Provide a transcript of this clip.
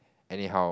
anyhow